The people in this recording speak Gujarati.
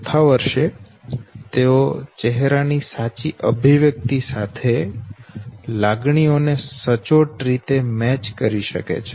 ચોથા વર્ષે તેઓ ચહેરા ની સાચી અભિવ્યક્તિ સાથે લાગણીઓ ને સચોટ રીતે મેચ કરી શકે છે